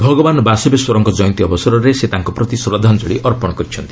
ଭଗବାନ ବାସବେଶ୍ୱରଙ୍କ କୟନ୍ତୀ ଅବସରରେ ସେ ତାଙ୍କ ପ୍ରତି ଶ୍ରଦ୍ଧାଞ୍ଚଳୀ ଅର୍ପଣ କରିଛନ୍ତି